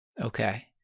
Okay